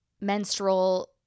menstrual